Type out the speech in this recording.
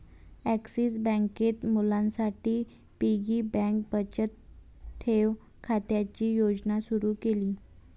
axis बँकेत मुलांसाठी piggy bank बचत ठेव खात्याची योजना सुरू केली